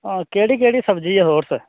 हां केह्ड़ी केह्ड़ी सब्जी ऐ होर सर